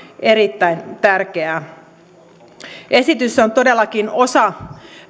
erittäin tärkeää esitys on todellakin osa